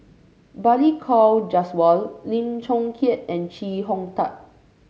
Balli Kaur Jaswal Lim Chong Keat and Chee Hong Tat